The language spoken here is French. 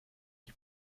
qui